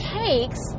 takes